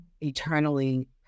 eternally